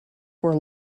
were